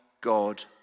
God